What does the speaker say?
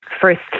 first